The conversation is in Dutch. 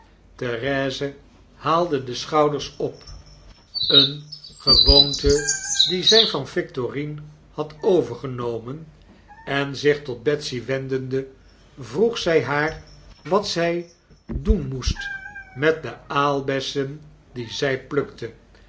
therese haalde de schouders op een gewoonte die zy van victorine had overgenomen en zich tot betsy wendende vroeg zy haar wat zy doen moest met de